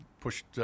pushed –